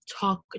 talk